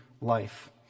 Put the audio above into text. life